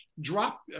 drop